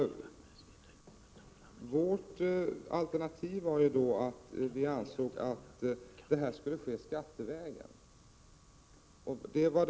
Vårt alternativ var att det hela skulle ske skattevägen.